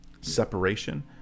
separation